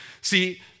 See